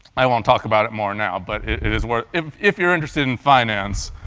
i won't talk about it more now, but it is worth if if you're interested in finance,